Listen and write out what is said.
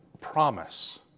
promise